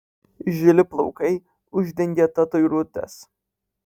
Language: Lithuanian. žili plaukai uždengė tatuiruotes